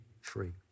free